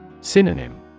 Synonym